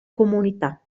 comunità